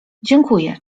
dziękuję